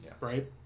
right